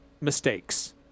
mistakes